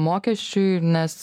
mokesčiui nes